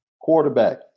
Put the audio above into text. Quarterback